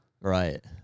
Right